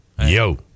yo